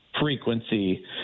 frequency